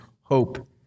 hope